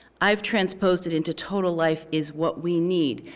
i've transposed it into, total life is what we need.